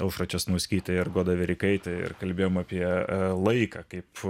aušrą česnauskytę ir godą verikaitę ir kalbėjom apie laiką kaip